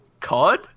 Cod